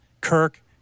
Kirk